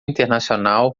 internacional